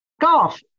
Golf